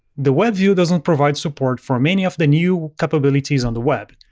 the webview doesn't provide support for many of the new capabilities on the web,